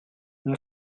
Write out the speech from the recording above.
mon